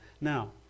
Now